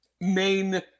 main